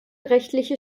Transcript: rechtliche